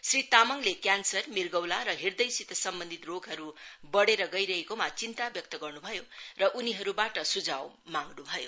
श्री तामाङले क्यान्सर मिगौला र ह्रद्यसित सम्बन्धित रोगहरू बढ़ेर गइरहेकोमा चिन्ता व्यक्त गर्न् भयो र उनीहरूबाट सुझाउ माग्न् भयो